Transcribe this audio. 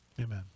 amen